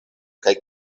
kaj